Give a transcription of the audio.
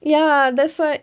ya that's what